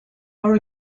are